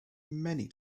many